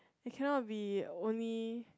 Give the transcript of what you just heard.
it cannot be only